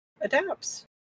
adapts